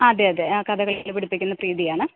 അതേ അതേ ആ കഥകളിയൊക്കെ പഠിപ്പിക്കുന്ന പ്രീതിയാണ്